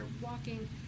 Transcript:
walking